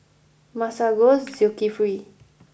Masagos Zulkifli